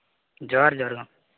ᱡᱚᱦᱟᱨ ᱡᱚᱦᱟᱨ